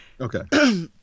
Okay